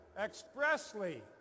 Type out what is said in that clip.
expressly